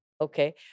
Okay